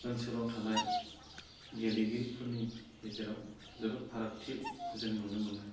ओनसोलाव थानाय गेलेगिरिफोरनि गेजेराव जोबोद फारागथि जोङो नुनो मोनो